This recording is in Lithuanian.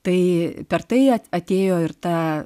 tai per tai atėjo ir ta